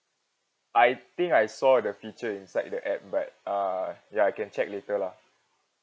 I think I saw the feature inside the app but uh ya I can check later lah